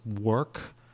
work